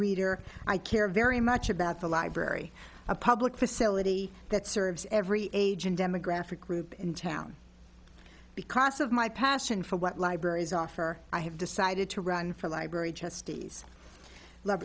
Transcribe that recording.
reader i care very much about the library a public facility that serves every agent demographic group in town because of my passion for what libraries offer i have decided to run for library just